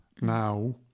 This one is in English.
now